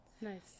nice